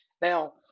Now